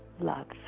love's